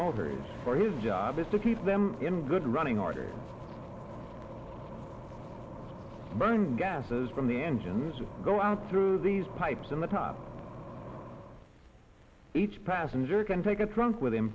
motors for his job is to keep them in good running order mine gases from the engines will go out through these pipes and the top each passenger can take a trunk with